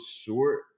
short